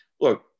Look